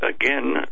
again